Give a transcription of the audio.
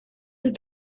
did